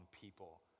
people